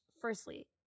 Firstly